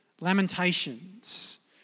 Lamentations